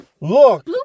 Look